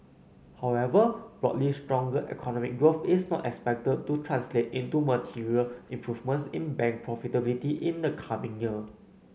however broadly stronger economic growth is not expected to translate into material improvements in bank profitability in the coming year